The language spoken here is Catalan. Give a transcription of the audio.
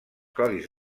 codis